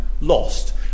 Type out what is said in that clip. lost